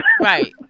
Right